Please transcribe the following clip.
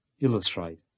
illustrate